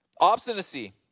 Obstinacy